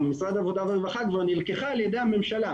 ממשרד הרווחה כבר נלקחה על ידי הממשלה.